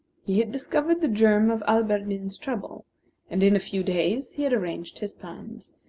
he had discovered the germ of alberdin's trouble and in a few days he had arranged his plans,